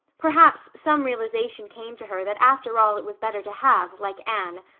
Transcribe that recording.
perhaps some realization came to her that after all it was better to have, like anne,